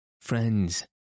Friends